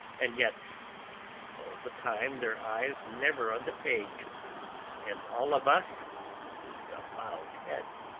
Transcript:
and yet all the time their eyes never on the page and all of us with the bowed head.